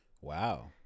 Wow